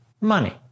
money